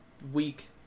week